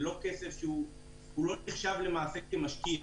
הוא לא נחשב למעשה כמשקיע,